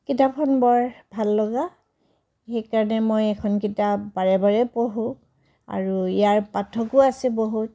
কিতাপখন বৰ ভাল লগা সেইকাৰণে মই এইখন কিতাপ বাৰে বাৰে পঢ়োঁ আৰু ইয়াৰ পাঠকো আছে বহুত